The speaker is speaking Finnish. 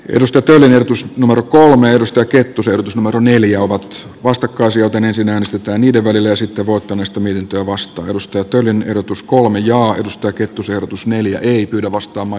nostototeutus numero kolme edusta kettusolutusmatunnelia ovat vastakkaisia tenen sinänsä tai niiden välillä sitä voiton estäminen kiovasta melusta ja toinen ehdotus kolme jo ajatusta kettusaavutus neljä ei kyllä vastaama